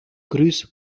grüß